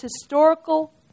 historical